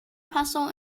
passau